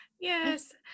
yes